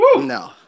No